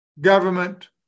government